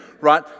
right